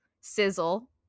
sizzle